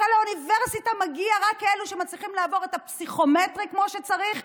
הרי לאוניברסיטה מגיעים רק אלו שמצליחים לעבור את הפסיכומטרי כמו שצריך,